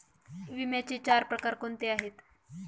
विम्याचे चार प्रकार कोणते आहेत?